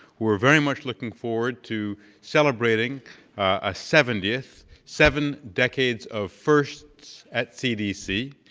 we're very much looking forward to celebrating a seventieth, seven decades of firsts at cdc.